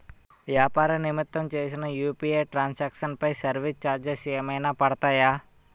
వ్యాపార నిమిత్తం చేసిన యు.పి.ఐ ట్రాన్ సాంక్షన్ పై సర్వీస్ చార్జెస్ ఏమైనా పడతాయా?